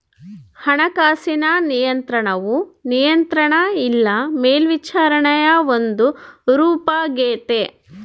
ಹಣಕಾಸಿನ ನಿಯಂತ್ರಣವು ನಿಯಂತ್ರಣ ಇಲ್ಲ ಮೇಲ್ವಿಚಾರಣೆಯ ಒಂದು ರೂಪಾಗೆತೆ